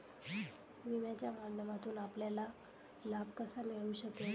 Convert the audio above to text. विम्याच्या माध्यमातून आपल्याला लाभ कसा मिळू शकेल?